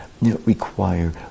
require